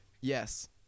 Yes